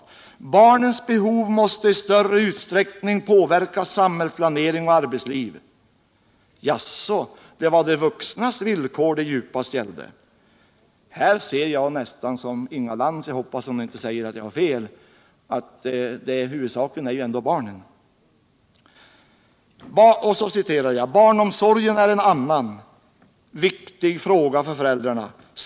"Barnens behov måste i större utsträckning påverka samhällsplanering och Nytt statsbidrag arbetsliv.” Jaså, det var de vuxnas villkor det djupast gällde. Här säger jag nästan som Inga Lantz — jag hoppas att hon inte menar att jag uttrycker det felaktigt: Huvudsaken är ju ändå barnen. ”Barnomsorgen är en annan viktig fråga för föräldrarna.